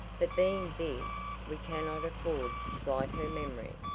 but being big we cannot afford to slight her memory.